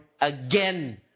again